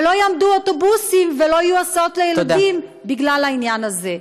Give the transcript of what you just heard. ולא יעמדו אוטובוסים ולא יהיו הסעות לילדים בגלל העניין הזה.